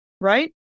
Right